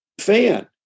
fan